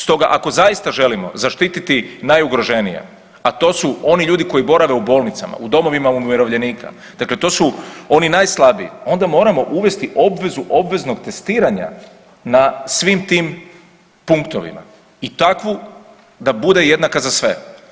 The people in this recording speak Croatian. Stoga ako zaista želimo zaštititi najugroženije, a to su oni ljudi koji borave u bolnicama, u domovima umirovljenika, dakle to su oni najslabiji, onda moramo uvesti obvezu obveznog testiranja na svim tim punktovima i takvu da bude jednaka za sve.